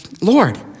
Lord